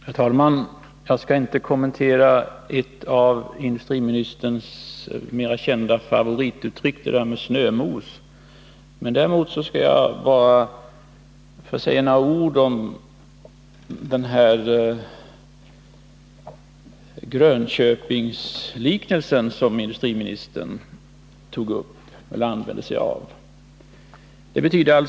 Herr talman! Jag skall inte kommentera ett av industriministerns mera kända favorituttryck, nämligen snömos. Däremot skall jag säga några ord om den liknelse med Grönköping som industriministern använde sig av.